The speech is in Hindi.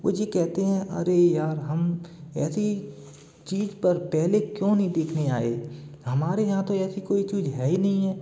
वो ये कहते हैं अरे यार हम ऐसी चीज पर पहले क्यों नहीं देखने आए हमारे यहाँ तो ऐसी कोई चीज है ही नहीं है